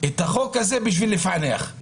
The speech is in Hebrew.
החוק הזה בשביל לפענח.